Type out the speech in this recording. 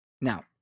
Now